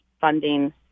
funding